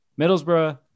Middlesbrough